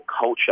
culture